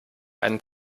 einen